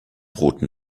roten